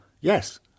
Yes